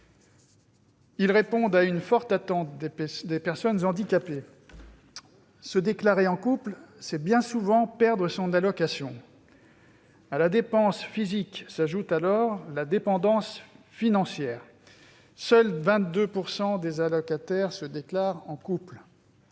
Ils répondent à une forte attente des personnes handicapées. Se déclarer en couple, c'est bien souvent perdre son allocation. À la dépendance physique s'ajoute alors la dépendance financière. Seuls 22 % des allocataires se déclarent en couple.